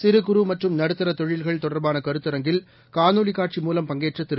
சிறுகுறு மற்றும் நடுத்தர தொழில்கள் தொடர்பான கருத்தரங்கில் காணொலி காட்சி மூலம் பங்கேற்ற திரு